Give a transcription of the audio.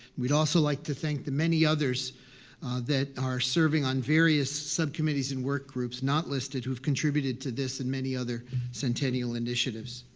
we'd also like to thank the many others that are serving on various subcommittees and workgroups not listed, who've contributed to this and many other centennial initiatives.